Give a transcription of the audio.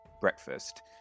breakfast